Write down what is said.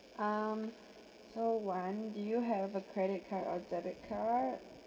um so do you have a credit card or debit card